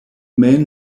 main